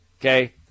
okay